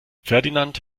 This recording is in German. ferdinand